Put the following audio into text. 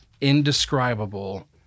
indescribable